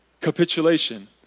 capitulation